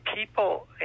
people